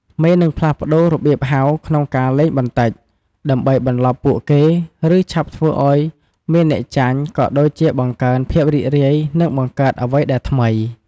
មេនឹងផ្លាស់ប្តូររបៀបក្នុងការលេងបន្តិច ដើម្បីបន្លប់ពួកគេ ឬ ឆាប់ធ្វើឱ្យមានអ្នកចាញ់ ក៏ដូចជាបង្កើនភាពរីករាយ និងបង្កើតអ្វីដែលថ្មី។